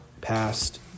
passed